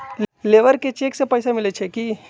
Labour के cheque से पैसा मिलई छई कि?